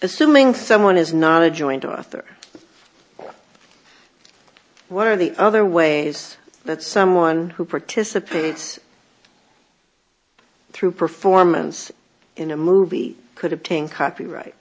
assuming someone is not a joint author what are the other ways that someone who participates through performance in a movie could obtain copyright